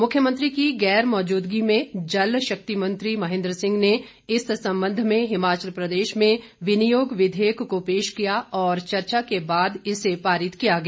मुख्यमंत्री की गैर मौजूदगी में जलशक्ति मंत्री महेंद्र सिंह ने इस संबंध में हिमाचल प्रदेश में विनियोग विधेयक को पेश किया और चर्चा के बाद इसे पारित किया गया